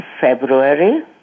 February